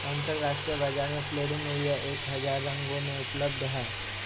अंतरराष्ट्रीय बाजार में प्लुमेरिया एक हजार रंगों में उपलब्ध हैं